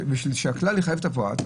כדי שהכלל יחייב את הפרט,